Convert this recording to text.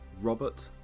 Robert